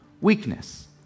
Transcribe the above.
weakness